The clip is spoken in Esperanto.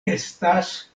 estas